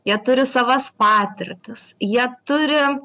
jie turi savas patirtis jie turi